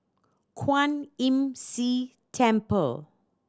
Kwan Imm See Temple